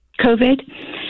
COVID